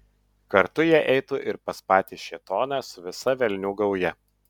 kartu jie eitų ir pas patį šėtoną su visa velnių gauja